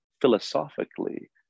philosophically